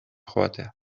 joatea